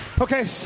Okay